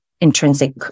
intrinsic